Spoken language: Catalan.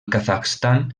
kazakhstan